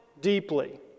deeply